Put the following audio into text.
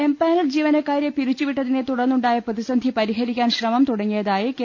empanel ജീവനക്കാരെ പിരിച്ചുവിട്ടതിനെ തുടർന്നുണ്ടായ പ്രതിസന്ധി പരിഹരിക്കാൻ ശ്രമം തുടങ്ങിയതായി കെ